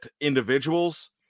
individuals